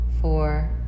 four